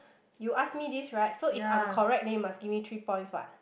you ask me this right so if I'm correct then you must give me three points what